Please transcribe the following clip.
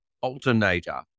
alternator